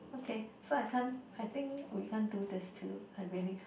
okay so I can't I think we can't do this too I really can't